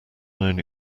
known